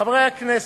חברי הכנסת,